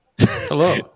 Hello